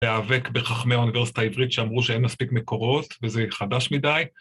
להיאבק בחכמי האוניברסיטה העברית שאמרו שאין מספיק מקורות וזה חדש מדי.